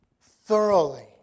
Thoroughly